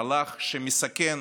מהלך שמסכן